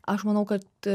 aš manau kad